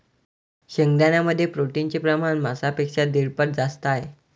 शेंगदाण्यांमध्ये प्रोटीनचे प्रमाण मांसापेक्षा दीड पट जास्त आहे